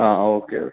ആ ഓക്കേ